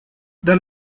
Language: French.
dans